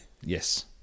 Yes